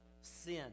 sin